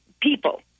people